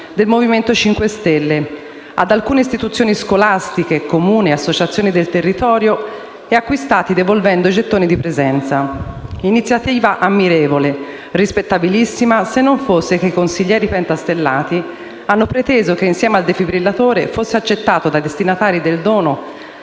del Movimento 5 Stelle ad alcune istituzioni scolastiche, Comuni e associazioni del territorio, acquistati devolvendo gettoni di presenza. Si tratta di un’iniziativa ammirevole e rispettabilissima, se non fosse che i consiglieri pentastellati hanno preteso che insieme al defibrillatore fosse accettato dai destinatari del dono